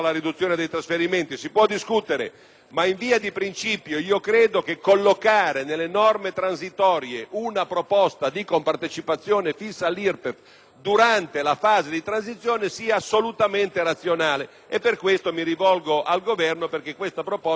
ma in via di principio credo che collocare nelle norme transitorie una proposta di compartecipazione fissa all'IRPEF durante la fase di transizione sia assolutamente razionale. Per queste ragioni mi rivolgo al Governo perché questa proposta venga presa in considerazione,